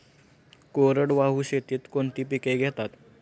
कोरडवाहू शेतीत कोणती पिके घेतात?